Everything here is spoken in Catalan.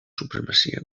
supremacia